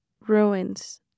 ruins